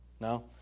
No